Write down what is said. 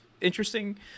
interesting